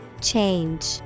Change